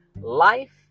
Life